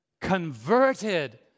Converted